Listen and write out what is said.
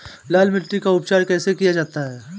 लाल मिट्टी का उपचार कैसे किया जाता है?